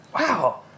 wow